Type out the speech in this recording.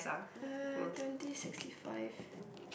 uh twenty sixty five